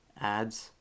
ads